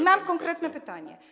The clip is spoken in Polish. Mam konkretne pytanie.